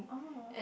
oh